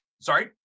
Sorry